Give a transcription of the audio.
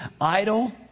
idle